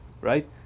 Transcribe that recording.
Right